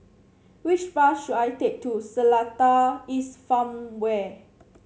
which bus should I take to Seletar East Farmway